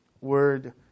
word